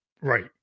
right